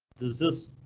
does this.